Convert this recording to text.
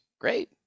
Great